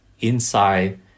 inside